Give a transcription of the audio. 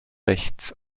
rechts